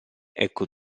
ecco